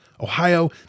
Ohio